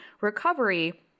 Recovery